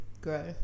grow